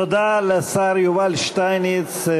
תודה לשר יובל שטייניץ,